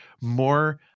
more